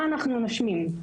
מה אנחנו נושמים?